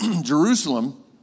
Jerusalem